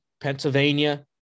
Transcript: Pennsylvania